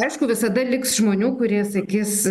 aišku visada liks žmonių kurie sakys